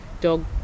dog